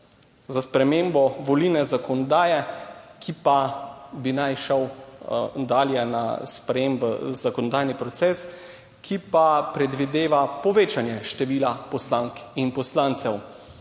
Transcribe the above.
za spremembo volilne zakonodaje, ki pa bi naj šel dalje na sprejem v zakonodajni proces, ki pa predvideva povečanje števila poslank in poslancev.